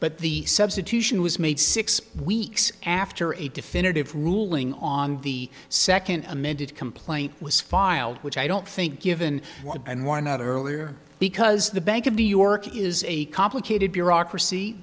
but the substitution was made six weeks after a definitive ruling on the second amended complaint was filed which i don't think given what and why not earlier because the bank of new york is a complicated bureaucracy